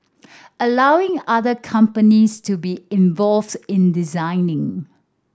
allowing other companies to be involves in designing